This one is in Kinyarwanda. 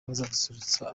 bazasusurutsa